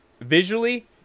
visually